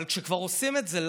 אבל כשכבר עושים את זה,